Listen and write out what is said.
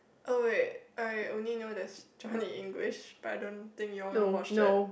oh wait I only know there is Johnny English but I don't think you will wanna watch that